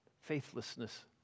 faithlessness